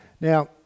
Now